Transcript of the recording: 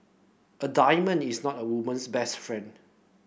a diamond is not a woman's best friend